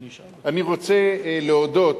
אני רוצה להודות